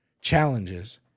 Challenges